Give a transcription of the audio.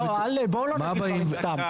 רואי, לא, בואו לא נגיד סתם.